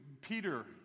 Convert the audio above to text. Peter